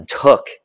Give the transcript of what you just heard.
took